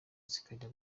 zikajya